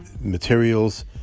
materials